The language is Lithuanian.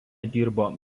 dirbo